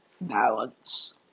Balance